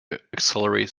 accelerate